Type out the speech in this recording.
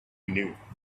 knew